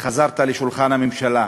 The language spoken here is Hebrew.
וחזרת לשולחן הממשלה?